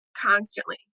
Constantly